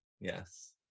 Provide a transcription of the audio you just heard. Yes